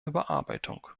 überarbeitung